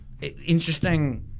interesting